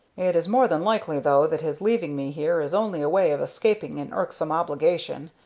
it is more than likely though that his leaving me here is only a way of escaping an irksome obligation,